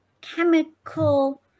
chemical